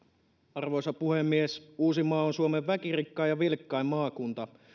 arvoisa puhemies uusimaa on suomen väkirikkain ja vilkkain maakunta